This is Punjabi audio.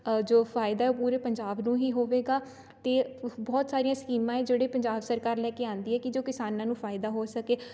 ਜੋ ਫਾਇਦਾ ਹੈ ਉਹ ਪੂਰੇ ਪੰਜਾਬ ਨੂੰ ਹੀ ਹੋਵੇਗਾ ਅਤੇ ਬਹੁਤ ਸਾਰੀਆਂ ਸਕੀਮਾਂ ਹੈ ਜਿਹੜੀ ਪੰਜਾਬ ਸਰਕਾਰ ਲੈ ਕੇ ਆਉਂਦੀ ਹੈ ਕਿ ਜੋ ਕਿਸਾਨਾਂ ਨੂੰ ਫਾਇਦਾ ਹੋ ਸਕੇ